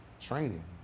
training